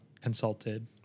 consulted